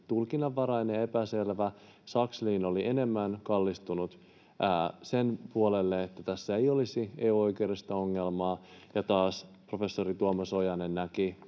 tulkinnanvarainen ja epäselvä. Sakslin oli enemmän kallistunut sen puolelle, että tässä ei olisi EU-oikeudellista ongelmaa, ja taas professori Tuomas Ojanen näki